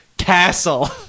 castle